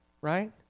Right